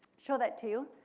show that to you.